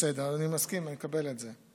בסדר, אני מסכים, אני מקבל את זה.